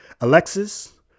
Alexis